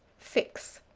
fix.